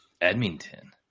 Edmonton